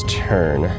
turn